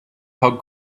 how